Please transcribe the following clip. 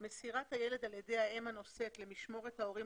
"מסירת הילד על ידי האם הנושאת למשמורת ההורים